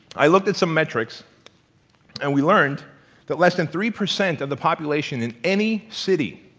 i looked at some metrics and we learned that less than three percent of the population in any city